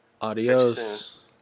Adios